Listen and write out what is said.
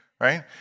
right